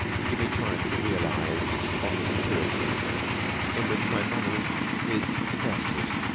to give me time to realize on the securities in which my money is invested.